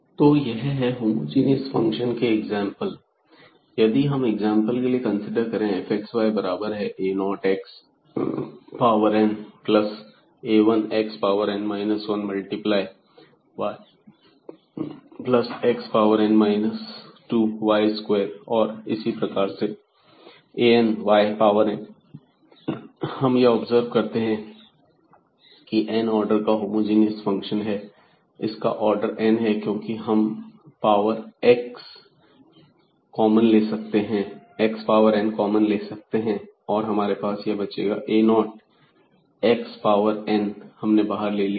f tx ty tn f x y तो यह है होमोजीनियस फंक्शन के एग्जांपल हैं यदि हम एग्जांपल के लिए कंसीडर करें यह fxy बराबर है a0 x power n plus a1 x power n 1 multiply y plus x power n 2 y square और इसी प्रकार से an y पावर n हम यह ऑब्जर्व करते हैं कि यह n आर्डर का होमोजीनियस फंक्शन है इसका ऑर्डर n है क्योंकि यदि हम x पावर n कॉमन ले ले तो हमारे पास यहां बचेगा यह a0 क्योंकि x पावर n हमने बाहर ले लिया है